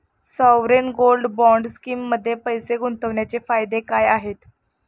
Sovereign gold bond स्कीममध्ये पैसे गुंतवण्याचे फायदे काय आहेत?